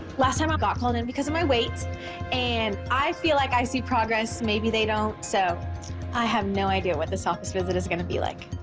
last time i got called in because of my weight and i feel like i see progress, maybe they don't. so i have no idea what this office visit is gonna be like.